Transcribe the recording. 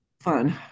fun